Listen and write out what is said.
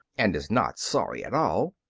and is not sorry at all.